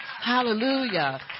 hallelujah